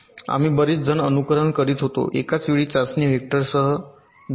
आम्ही बरेच जण अनुकरण करीत होतो एकाच वेळी एका चाचणी वेक्टरसह दोष